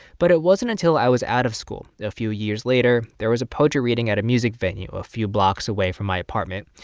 but it wasn't until i was out of school, a few years later, there was a poetry reading at a music venue a few blocks away from my apartment.